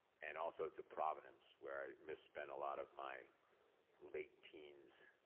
and also to providence, where i misspent a lot of my late teens.